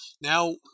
now